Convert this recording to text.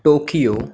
Tokyo